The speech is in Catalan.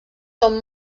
són